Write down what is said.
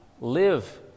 live